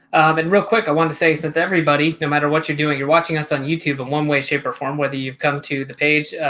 and real quick, i want to say since everybody, no matter what you're doing, you're watching us on youtube in one way, shape or form whether you've come to the page,